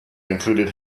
included